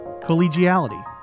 collegiality